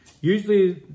Usually